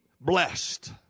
blessed